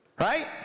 Right